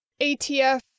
ATF